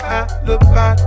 alibi